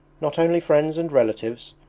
not only friends and relatives,